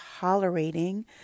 tolerating